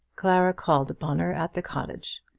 clara called upon her at the cottage.